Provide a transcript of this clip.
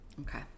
Okay